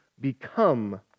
become